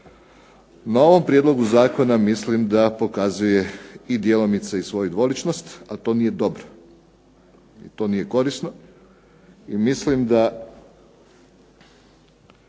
na ovom prijedlogu zakona mislim da pokazuje djelomice i svoju dvoličnost, a to nije dobro, to nije korisno.